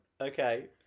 Okay